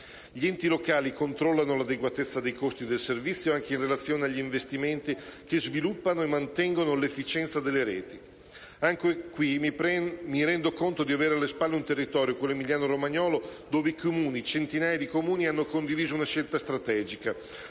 Gli enti locali controllano l'adeguatezza dei costi del servizio anche in relazione agli investimenti che sviluppano e mantengono l'efficienza delle reti. Anche qui mi rendo conto di avere alle spalle un territorio, quello emiliano romagnolo, dove i Comuni, centinaia di Comuni, hanno condiviso una scelta strategica.